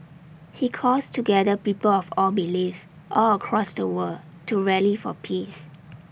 he calls together people of all beliefs all across the world to rally for peace